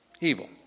evil